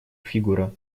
фигура